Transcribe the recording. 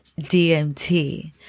DMT